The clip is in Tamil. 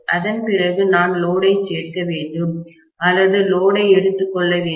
அதன் பிறகு நான் லோடைச் சேர்க்க வேண்டும் அல்லது லோடை எடுத்துக்கொள்ள வேண்டும்